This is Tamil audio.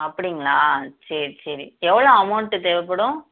அப்படிங்களா சரி சரி எவ்வளோ அமௌண்ட்டு தேவைப்படும்